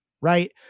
right